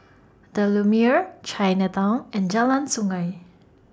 The Lumiere Chinatown and Jalan Sungei